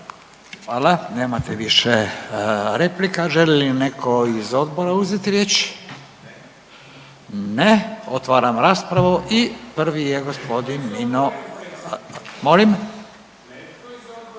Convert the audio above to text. Hvala, nemate više replika. Želi li neko iz odbora uzeti riječ? Ne. Otvaram raspravu i prvi je g. Nino…/Upadica